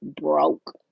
broke